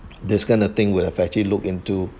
this kind of thing would have actually look into